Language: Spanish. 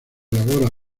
elabora